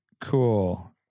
cool